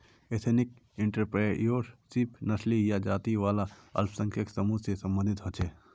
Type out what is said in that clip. ethnic entrepreneurship नस्ली या जाती वाला अल्पसंख्यक समूह से सम्बंधित होछे